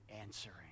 answering